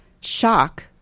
shock